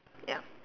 yup